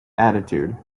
attitude